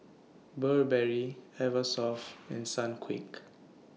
Burberry Eversoft and Sunquick